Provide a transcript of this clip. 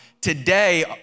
Today